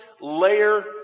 layer